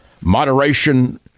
Moderation